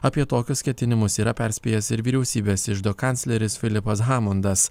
apie tokius ketinimus yra perspėjęs ir vyriausybės iždo kancleris filipas hamondas